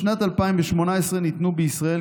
בשנת 2018 ניתנו בישראל